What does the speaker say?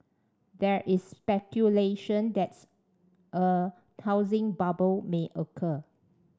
there is speculation that's a housing bubble may occur